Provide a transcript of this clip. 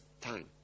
time